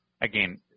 again –